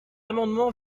amendement